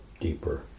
deeper